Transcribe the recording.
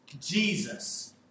Jesus